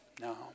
No